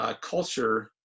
culture